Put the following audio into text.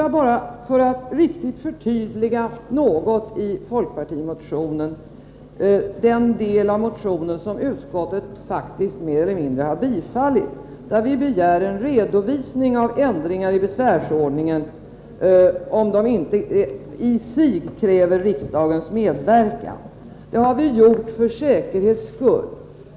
För att riktigt förtydliga den del i folkpartimotionen som utskottet faktiskt mer eller mindre har tillstyrkt vill jag påpeka, att vi där begär redovisning av ändringar i besvärsordningen om de inte i sig kräver riksdagens medverkan. Det har vi gjort för säkerhets skull.